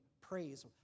praise